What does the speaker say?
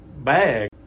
bag